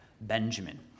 Benjamin